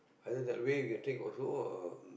either that way you can take also or